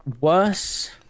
worse